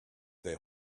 their